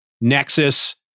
Nexus